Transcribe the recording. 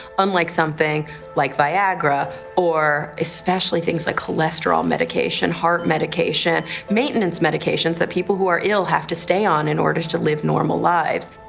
unlike something like viagra or especially things like cholesterol medication, heart medication. maintenance medications that people who are ill have to stay on in order to live normal lives.